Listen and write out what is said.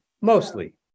mostly